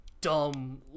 dumb